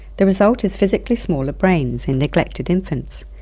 the result is physically smaller brains in neglected infants,